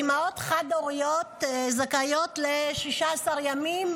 אימהות חד-הוריות זכאיות ל-16 ימים,